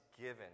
given